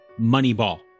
Moneyball